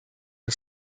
had